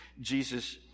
Jesus